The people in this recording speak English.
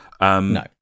no